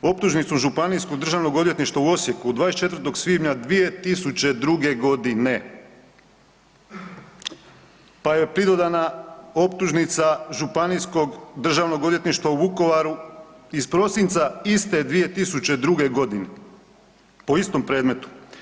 Optužnicu županijsku Državnog odvjetništva u Osijeku 24. svibnja 2002. godine pa je pridodana optužnica Županijskog državnog odvjetništva u Vukovaru iz prosinca iste 2002. godine po istom predmetu.